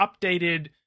updated